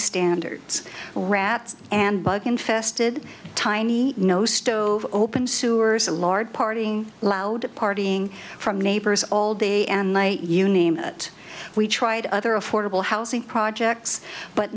standards rats and bug infested tiny no stove open sewers a large partying loud partying from neighbors all day and night you name it we tried other affordable housing projects but